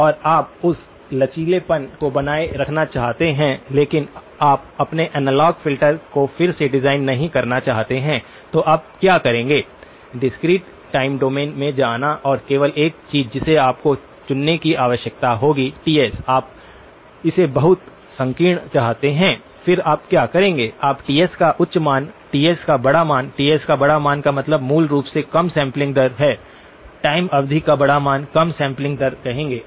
और आप उस लचीलेपन को बनाए रखना चाहते हैं लेकिन आप अपने एनालॉग फ़िल्टर को फिर से डिज़ाइन नहीं करना चाहते हैं तो आप क्या करेंगे डिस्क्रीट टाइम डोमेन में जाना और केवल एक चीज जिसे आपको चुनने की आवश्यकता होगी Ts आप इसे बहुत संकीर्ण चाहते हैं फिर आप क्या करेंगे आप Ts का उच्च मान Ts का बड़ा मान Ts का बड़ा मान का मतलब मूल रूप से कम सैंपलिंग दर हैं टाइम अवधि का बड़ा मान कम सैंपलिंग दर कहेंगे